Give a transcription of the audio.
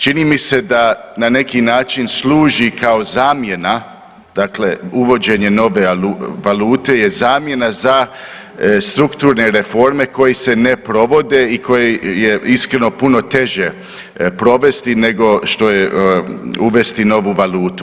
Čini mi se da na neki način služi kao zamjena, dakle uvođenje nove valute je zamjena za strukturne reforme koje se ne provode i koje je iskreno puno teže provesti nego što je uvesti novu valutu.